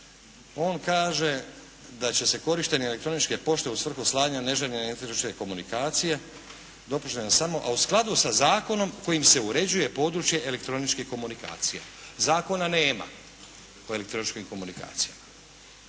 On kaže da će se korištenje elektroničke pošte u svrhu slanja neželjene informatičke komunikacije dopušteno je samo, a u skladu sa zakonom kojim se uređuje područje elektroničkih komunikacija. Zakona nema o elektroničkim komunikacijama.